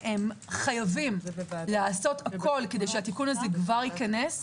חייבים לעשות הכול כדי שהתיקון הזה כבר ייכנס.